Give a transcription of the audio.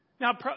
Now